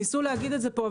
ניסו להגיד את זה פה,